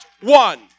One